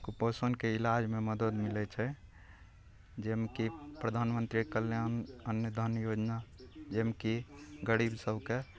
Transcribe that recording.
कुपोषणके इलाजमे मदति मिलय छै जाहिमे कि प्रधानमन्त्री कल्याण अन्न धन योजना जाहिमे कि गरीब सबके